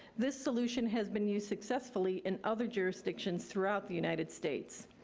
this solution has been used successfully in other jurisdictions throughout the united states.